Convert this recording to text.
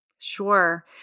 Sure